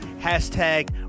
Hashtag